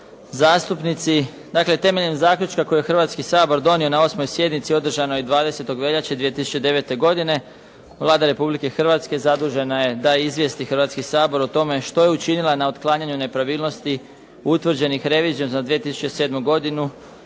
zastupnici. Dakle, temeljem zaključka koji je Hrvatski sabor donio na 8. sjednici održanoj 20. veljače 2009. godine Vlada Republike Hrvatske zadužena je da izvijesti Hrvatski sabor o tome što je učinila na otklanjanju nepravilnosti utvrđenih revizijom za 2007. godinu